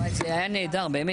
זה היה נהדר, באמת.